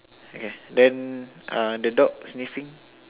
okay then uh the dog sniffing